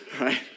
right